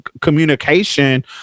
communication